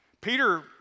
Peter